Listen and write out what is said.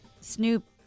Snoop